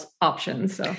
options